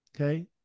Okay